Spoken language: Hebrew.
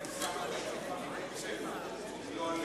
אם יש שר שהפך לצמח, לא עלינו,